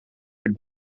werd